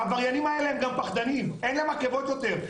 העבריינים האלה הם גם פחדנים, אין להם עקבות יותר.